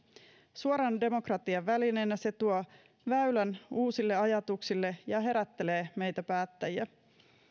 suoran demokratian välineenä se tuo väylän uusille ajatuksille ja herättelee meitä päättäjiä